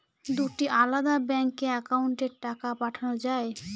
দুটি আলাদা ব্যাংকে অ্যাকাউন্টের টাকা পাঠানো য়ায়?